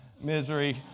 Misery